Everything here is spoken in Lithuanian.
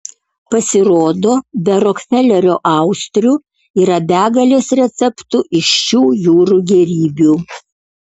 pasirodo be rokfelerio austrių yra begalės receptų iš šių jūrų gėrybių